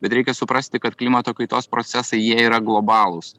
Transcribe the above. bet reikia suprasti kad klimato kaitos procesai jie yra globalūs